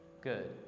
Good